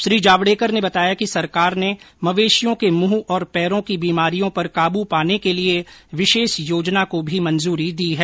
श्री जावड़ेकर ने बताया कि सरकार ने मवेशियों के मुंह और पैरों की बीमारियों पर काबू पाने के लिए विशेष योजना को भी मंजूरी दी है